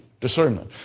Discernment